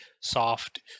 soft